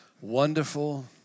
wonderful